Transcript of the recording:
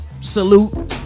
Salute